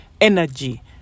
energy